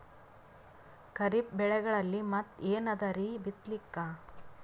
ಖರೀಫ್ ಬೆಳೆಗಳಲ್ಲಿ ಮತ್ ಏನ್ ಅದರೀ ಬಿತ್ತಲಿಕ್?